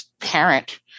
parent